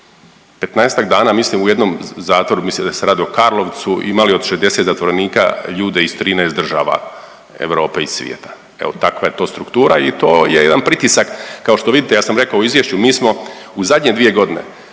15 dana mislim u jednom zatvoru, mislim da se radi u Karlovcu imali od 60 zatvorenika ljude iz 13 država Europe i svijeta. Evo takva je to struktura i to je jedan pritisak kao što vidite ja sam rekao u izvješću mi smo u zadnje 2 godine